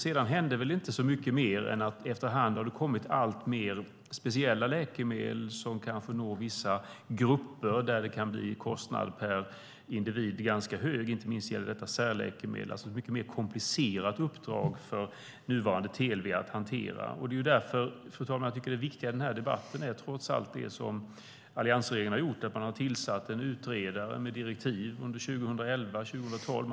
Sedan hände inte så mycket mer än att det efter hand har kommit alltmer speciella läkemedel som når vissa grupper och där kostnaden per individ kan bli ganska hög. Inte minst gäller det särläkemedel. Det är alltså ett mycket mer komplicerat uppdrag för nuvarande TLV att hantera. Fru talman! Därför tycker jag att det viktiga i denna debatt trots allt är det som alliansregeringen har gjort, nämligen att tillsätta en utredare med direktiv under 2011 och 2012.